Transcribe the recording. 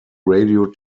radio